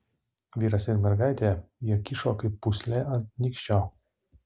vyras ir mergaitė jie kyšo kaip pūslė ant nykščio